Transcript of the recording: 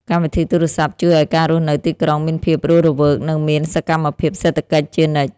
កម្មវិធីទូរសព្ទជួយឱ្យការរស់នៅទីក្រុងមានភាពរស់រវើក និងមានសកម្មភាពសេដ្ឋកិច្ចជានិច្ច។